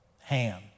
Ham